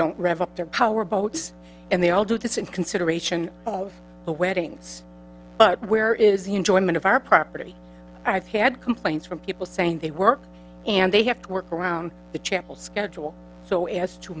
don't rev up their power boats and they all do this in consideration of the weddings but where is the enjoyment of our property i've had complaints from people saying they work and they have to work around the chapel schedule so as to